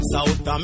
South